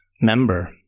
member